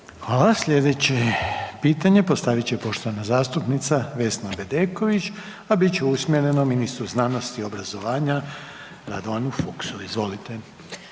Hvala. Sljedeće pitanje postavit će poštovana zastupnica Vesna Bedeković, a bit će usmjereno ministru znanosti i obrazovanja, Radovanu Fuchsu. Izvolite.